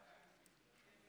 אדוני